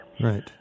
right